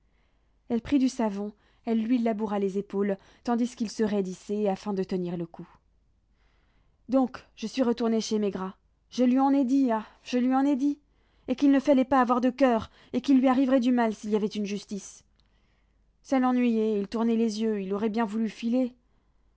elle prit du savon elle lui laboura les épaules tandis qu'il se raidissait afin de tenir le coup donc je suis retournée chez maigrat je lui en ai dit ah je lui en ai dit et qu'il ne fallait pas avoir de coeur et qu'il lui arriverait du mal s'il y avait une justice ça l'ennuyait il tournait les yeux il aurait bien voulu filer